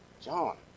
John